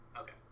Okay